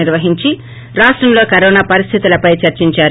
నిర్వహించి రాష్టంలో కరోనా పరిస్గితులపై చర్చిందారు